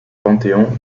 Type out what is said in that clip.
panthéon